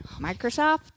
Microsoft